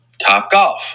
Topgolf